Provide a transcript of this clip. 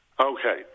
Okay